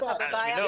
אתה בבעיה.